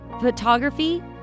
photography